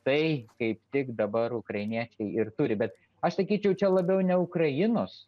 tai kaip tik dabar ukrainiečiai ir turi bet aš sakyčiau čia labiau ne ukrainos